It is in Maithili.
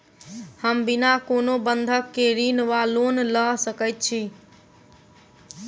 हम बिना कोनो बंधक केँ ऋण वा लोन लऽ सकै छी?